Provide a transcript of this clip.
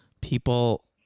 people